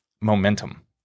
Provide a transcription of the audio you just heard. momentum